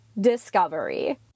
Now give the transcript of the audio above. discovery